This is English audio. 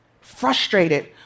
frustrated